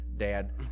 dad